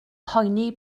poeni